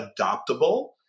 adoptable